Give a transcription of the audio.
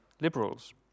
liberals